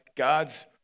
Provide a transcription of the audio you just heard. God's